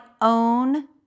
own